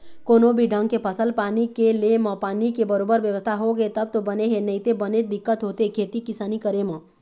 कोनो भी ढंग के फसल पानी के ले म पानी के बरोबर बेवस्था होगे तब तो बने हे नइते बनेच दिक्कत होथे खेती किसानी करे म